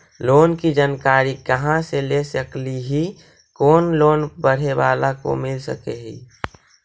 Loan की जानकारी कहा से ले सकली ही, कोन लोन पढ़े बाला को मिल सके ही?